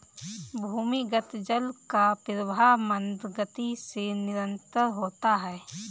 भूमिगत जल का प्रवाह मन्द गति से निरन्तर होता है